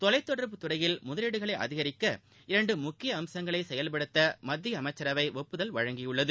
தொலைத்தொடர்பு துறையில் முதலீடுகளை அதிகரிக்க இரண்டு முக்கிய அம்சங்களை செயல்படுத்த மத்திய அமைச்சரவை ஒப்புதல் அளித்துள்ளது